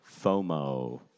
FOMO